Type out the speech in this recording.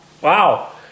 Wow